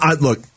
Look